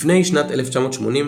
לפני שנת 1980,